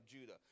Judah